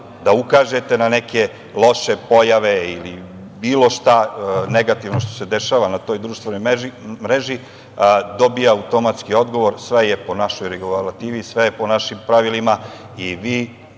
da ukažete na neke loše pojave ili bilo šta negativno što se dešava na toj društvenoj mreži dobija automatski odgovor – sve je po našoj regulativi, sve je po našim pravilima i vi